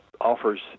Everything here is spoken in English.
offers